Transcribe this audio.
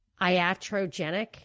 iatrogenic